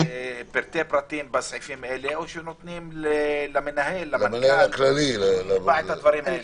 לפרטי פרטים בסעיפים האלה או נותנים למנכ"ל לקבוע את הדברים האלה.